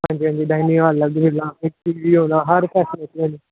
हां जी हां जी डाइनिंग हाल अलग मिलना ए सी बी होना हर फैसिलिटी होनी